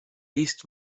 liest